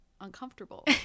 uncomfortable